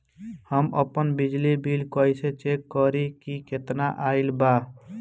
हम आपन बिजली बिल कइसे चेक करि की केतना आइल बा?